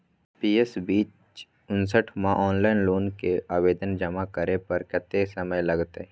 PS बीच उनसठ म ऑनलाइन लोन के आवेदन जमा करै पर कत्ते समय लगतै?